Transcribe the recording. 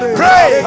pray